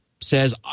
says